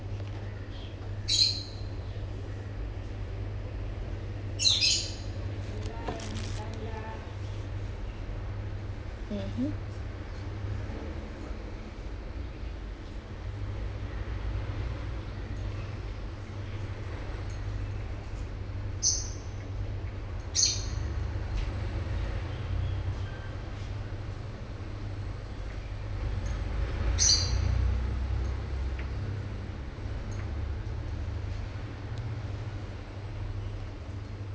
mmhmm